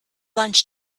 lunch